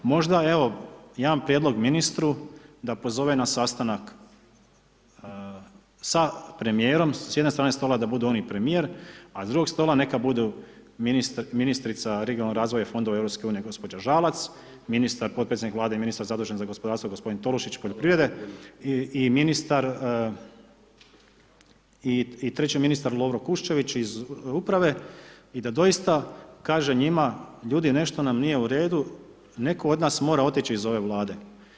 Možda evo, jedan prijedlog ministru, da pozove na sastanak sa premjerom, s jedne strane stola da bude on i premjer, a s druge strane neka budu ministrica regionalnog razvoja i fondova EU, gđa. Žalac, ministar i potpredsjednik Vlade, ministar zadužen za gospodarstvo g. Tolušić poljoprivrede i ministar i treće ministar Lovro Kušćević iz uprave i da doista kaže njima, ljudi nešto nam nije u redu, netko od nas mora otić' iz ove Vlade.